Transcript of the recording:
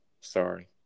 Sorry